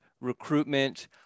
recruitment